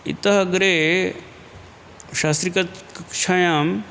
इतः अग्रे शास्त्री कक् कक्षायाम्